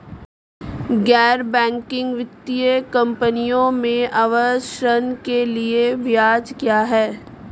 गैर बैंकिंग वित्तीय कंपनियों में आवास ऋण के लिए ब्याज क्या है?